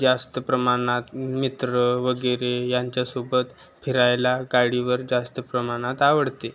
जास्त प्रमाणात मित्र वगैरे यांच्यासोबत फिरायला गाडीवर जास्त प्रमाणात आवडते